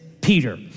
Peter